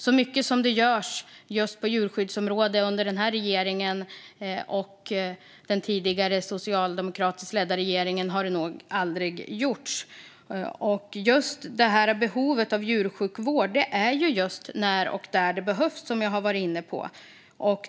Så mycket som görs under denna regering och som gjordes under den tidigare socialdemokratiskt ledda regeringen på djurskyddsområdet har nog aldrig tidigare gjorts. Djursjukvård måste finnas när och där den behövs, som jag har varit inne på.